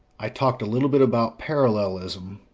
i talked a little bit about parallelism,